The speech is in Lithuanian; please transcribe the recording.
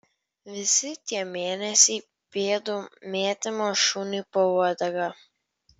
visi tie mėnesiai pėdų mėtymo šuniui po uodega